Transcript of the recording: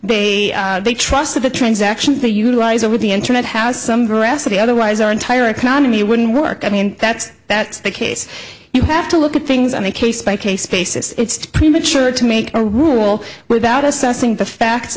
they they trust of the transactions they utilize over the internet has some voracity otherwise our entire economy wouldn't work i mean that's that's the case you have to look at things i'm a case by case basis it's premature to make a rule without assessing the facts